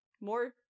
more